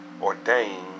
ordained